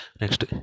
Next